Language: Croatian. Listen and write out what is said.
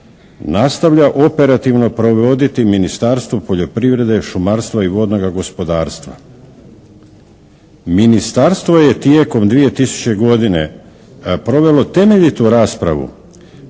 nastavlja operativno provoditi Ministarstvo poljoprivrede, šumarstva i vodnoga gospodarstva. Ministarstvo je tijekom 2000. godine provelo temeljitu raspravu